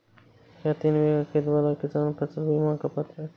क्या तीन बीघा खेत वाला किसान फसल बीमा का पात्र हैं?